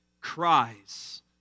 cries